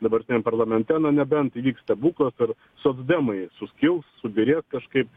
dabartiniam parlamente na nebent įvyks stebuklas ir socdemai suskils subyrės kažkaip